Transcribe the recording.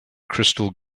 crystal